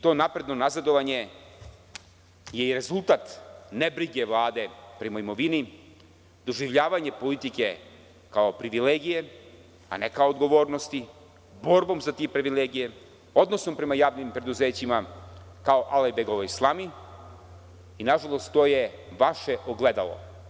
To napredno nazadovanje je i rezultat nebrige Vlade prema imovini, doživljavanje politike kao privilegije, a ne kao odgovornosti, borbom za te privilegije, odnosom prema javnim preduzećima kao Alajbegovoj slami i, nažalost, to je vaše ogledalo.